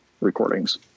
recordings